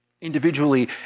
individually